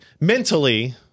mentally